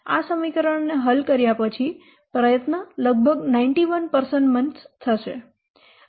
આ સમીકરણને હલ કર્યા પછી પ્રયત્ન લગભગ 91 વ્યક્તિ મહિના થશે